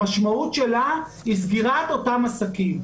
המשמעות שלה היא סגירת אותם עסקים.